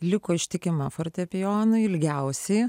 liko ištikima fortepijono ilgiausi